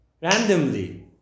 randomly